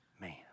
man